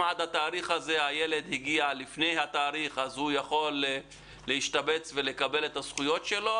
אם הילד הגיע לפני התאריך הוא יכול להשתבץ ולקבל את הזכויות שלו,